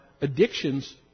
addictions